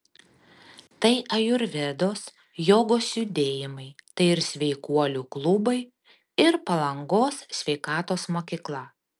tai ajurvedos jogos judėjimai tai ir sveikuolių klubai ir palangos sveikatos mokykla